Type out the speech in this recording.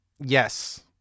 Yes